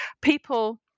people